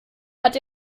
hat